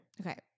Okay